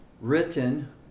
written